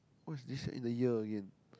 what is this and the ear again